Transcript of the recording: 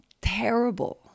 terrible